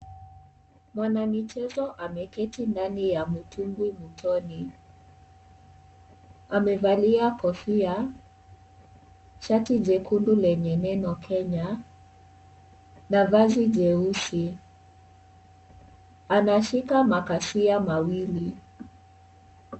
Mwanamichezo ameketi ndani ya mtumbwi mtoni. Amevalia kofia, shati jekundu lenye neno Kenya na vazi jeusi. Anashika makasia mawili.